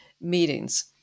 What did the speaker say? meetings